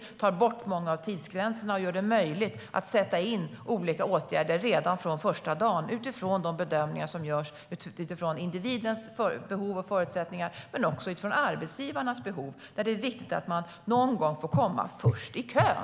Vi tar bort många av tidsgränserna och gör det möjligt att sätta in olika åtgärder redan från första dagen utifrån de bedömningar som görs av individens behov och förutsättningar men också av arbetsgivarnas behov och förutsättningar. Det är viktigt att man någon gång får komma först i kön.